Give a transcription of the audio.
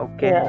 Okay